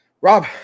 Rob